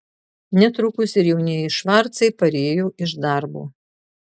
netrukus ir jaunieji švarcai parėjo iš darbo